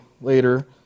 later